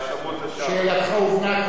שאלתך הובנה, כבוד השר.